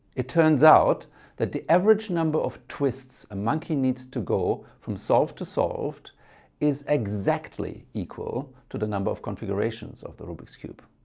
it turns out that the average number of twists a monkey needs to go from solved to solved is exactly equal to the number of configurations of the rubik's cube.